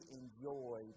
enjoy